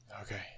Okay